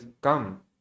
come